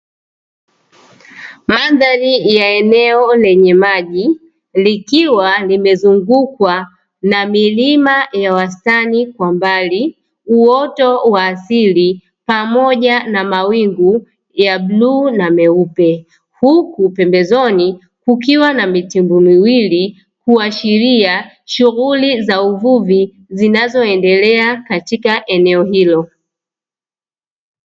Mandhari ya eneo lenye maji likiwa limezungukwa na milima ya wastani kwa mbali, uoto wa asili pamoja na mawingu ya bluu na meupe huku pembezoni kukiwa na mitumbwi miwili kuashiria shughuli za uvuvi zinazoendelea katika eneo hilo.